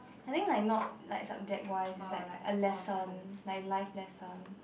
I think like not like subject wise is like a lesson like a life lesson